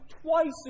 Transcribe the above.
twice